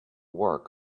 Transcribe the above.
work